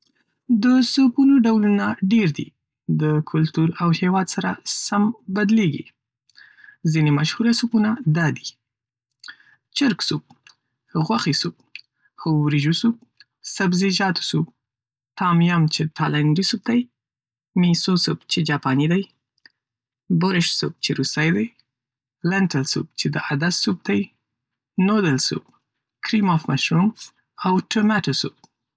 د سوپونو ډولونه ډېر دي، د کلتور او هېواد سره سم بدلېږي. ځینې مشهوره سوپونه دا دي: چرګ سوپ، غوښې سوپ، وریجو سوپ، سبزیجاتو سوپ، تام یم چه تايلنډی سوپ دی، میسو سوپ جه جاپاني دی، بورش سوپ چه روسي دی، لینټیل سوپ چه دعدس سوپ .دی، نودلز سوپ، کریم آف مشروم او د ټماټو سوپ